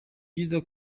byiza